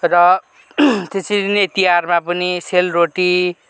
र त्यसरी नै तिहारमा पनि सेलरोटी